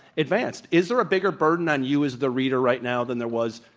advance. is there a bigger burden on you as the reader right now than there was,